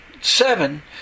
Seven